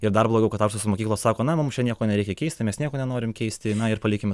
ir dar blogiau kad aukštosios mokyklos sako na mums čia nieko nereikia keisti mes nieko nenorim keisti na ir palikim